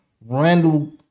Randall